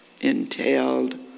entailed